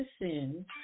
Listen